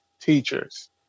teachers